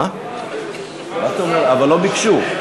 אבל לא ביקשו.